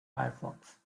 firefox